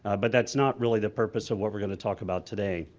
ah but that's not really the purpose of what we're going to talk about today.